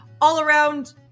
all-around